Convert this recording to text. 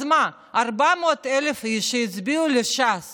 אז מה, 400,000 איש שהצביעו לש"ס